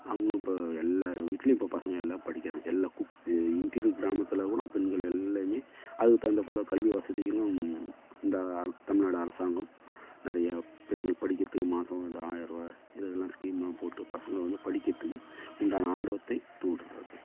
அவங்களும் இப்போ எல்லார் வீட்டுலேயும் இப்போ பசங்க எல்லாம் படிக்கிறாங்க எல்லா இன்டீரியர் கிராமத்தில் கூட பெண்கள் எல்லோருமே அதுக்கு தகுந்தாற் போல் கல்வி வசதிகளும் இந்த தமிழ்நாடு அரசாங்கம் நிறையா பெண்கள் படிக்கிறதுக்கு மாதம் வந்து ஆயரரூபா இதல்லாம் ஸ்கீமாக போட்டு பசங்களை வந்து படிக்கிறதுக்கு உண்டான ஆர்வத்தை தூண்டுறாங்க